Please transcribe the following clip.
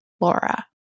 Laura